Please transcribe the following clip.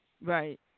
Right